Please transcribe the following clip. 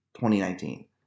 2019